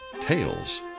Tales